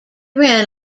ran